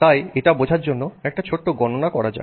তাই এটা বোঝার জন্য একটা ছোট্ট গণনা করা যাক